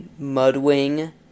mudwing